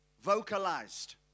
vocalized